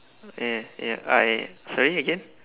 ya ya alright sorry again